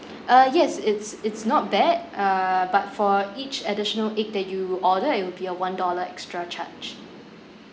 uh yes it's it's not bad err but for each additional egg that you order it will be a one dollar extra charge